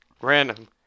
random